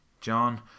John